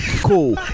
cool